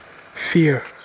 Fear